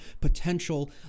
potential